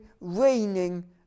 reigning